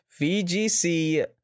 VGC